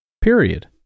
period